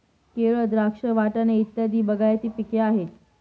केळ, द्राक्ष, वाटाणे इत्यादी बागायती पिके आहेत